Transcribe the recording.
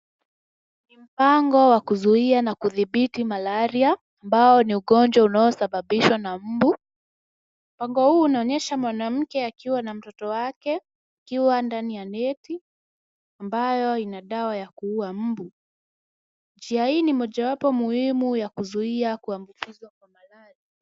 Ni mpango wa kuzuia na kudhibiti malaria ambao ni ugonjwa unaosababishwa na mbu. Mpango huu unaonyesha mwanamke akiwa na mtoto wake wakiwa ndani ya neti ambayo ina dawa ya kuua mbu. Njia hii ni mojawapo muhimu ya kuzuia kuambukizwa kwa malaria.